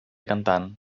cantant